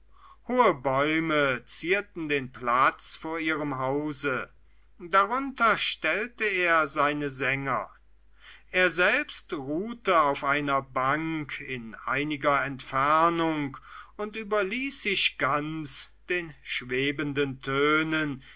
hohe bäume zierten den platz vor ihrem hause darunter stellte er seine sänger er selbst ruhte auf einer bank in einiger entfernung und überließ sich ganz den schwebenden tönen